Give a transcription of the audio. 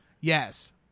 Yes